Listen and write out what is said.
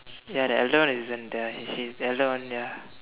ya the elder one isn't there she the elder one ya